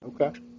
Okay